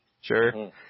Sure